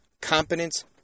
Competence